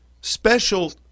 special